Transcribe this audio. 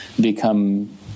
become